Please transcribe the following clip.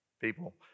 people